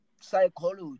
psychology